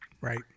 Right